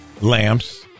lamps